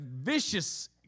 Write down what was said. vicious